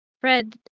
Fred